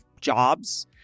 jobs